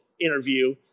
interview